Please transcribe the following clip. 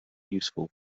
useful